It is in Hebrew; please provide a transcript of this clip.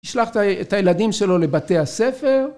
‫השלח את הילדים שלו לבתי הספר.